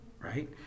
right